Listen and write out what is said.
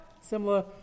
Similar